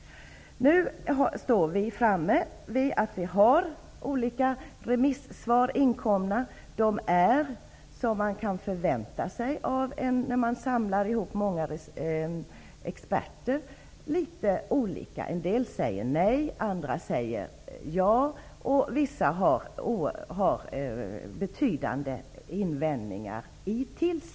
Nu har vi fått in olika remisssvar. De är, som man kan förvänta sig när många experter är inblandade, litet varierande. En del experter säger nej. Andra säger ja. Vissa har betydande invändningar.